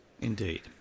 Indeed